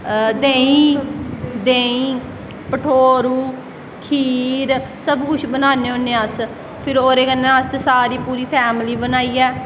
देंही भठोरू खीर सब कुछ बनाने होन्ने अस फिर ओह्दे कन्नै सारी पूरी फैमली बनाइयै